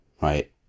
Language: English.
right